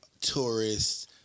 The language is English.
tourists